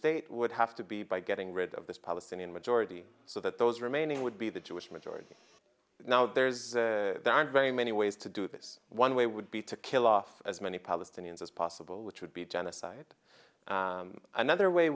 state would have to be by getting rid of this palestinian majority so that those remaining would be the jewish majority now there is very many ways to do this one way would be to kill off as many palestinians as possible which would be genocide another way